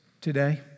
today